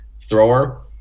thrower